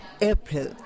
April